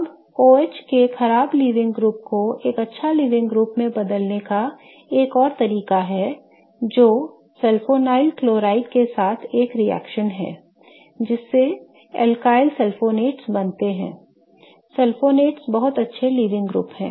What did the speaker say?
अब OH के खराब लीविंग ग्रुप को एक अच्छा लीविंग ग्रुप में बदलने का एक और तरीका है जो सल्फोनील क्लोराइड के साथ एक रिएक्शन है जिससे एल्काइल सल्फोनेट्स बनाते हैं सल्फोनेट्स बहुत अच्छे लीविंग ग्रुप हैं